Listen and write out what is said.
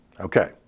Okay